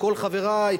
כל חברי,